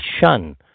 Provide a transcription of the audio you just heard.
shun